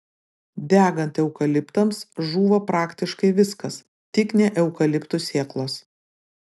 degant eukaliptams žūva praktiškai viskas tik ne eukaliptų sėklos